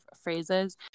phrases